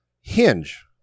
Hinge